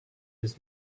his